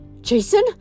Jason